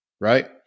Right